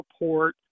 report